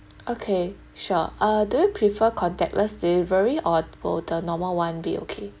okay sure uh do you prefer contactless delivery or will the normal one be okay